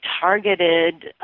targeted